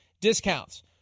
discounts